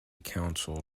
council